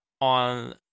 on